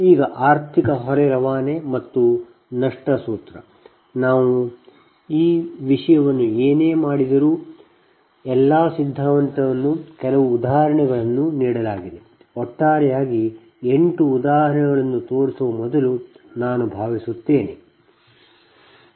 ಈಗ ಆರ್ಥಿಕ ಹೊರೆ ರವಾನೆ ಮತ್ತು ನಷ್ಟ ಸೂತ್ರ ನಾವು ಈ ವಿಷಯವನ್ನು ಏನೇ ಮಾಡಿದರೂ ಎಲ್ಲಾ ಸಿದ್ಧಾಂತವನ್ನು ಕೆಲವು ಉದಾಹರಣೆಗಳನ್ನು ನೀಡಲಾಗಿದೆ ಒಟ್ಟಾರೆಯಾಗಿ 8 ಉದಾಹರಣೆಗಳನ್ನು ತೋರಿಸುವ ಮೊದಲು ನಾನು ಭಾವಿಸುತ್ತೇನೆ ಸರಿ